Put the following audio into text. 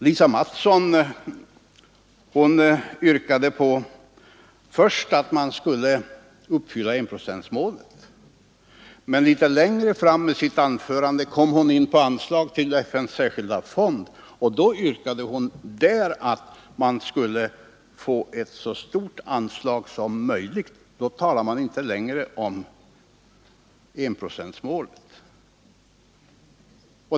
Lisa Mattson yrkade först på att man skulle uppfylla enprocentsmålet, men litet längre fram i sitt anförande kom hon in på anslag till FN:s särskilda fond, och då yrkade hon på ett så stort anslag som möjligt och talade inte längre om enprocentsmålet.